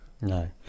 No